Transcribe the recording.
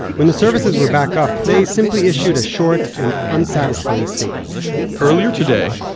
when the services were back up, they simply issued a short and unsatisfying statement earlier today,